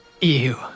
Ew